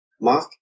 mark